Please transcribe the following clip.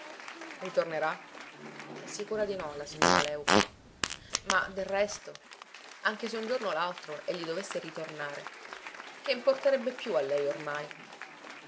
ritornerà è sicura di no la signora léuca ma del resto anche se un giorno o l'altro egli dovesse ritornare che importerebbe più a lei ormai